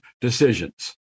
decisions